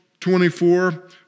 24